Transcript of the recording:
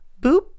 boop